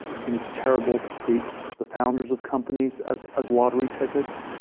i think it's terrible to treat the founders of companies as as lottery tickets.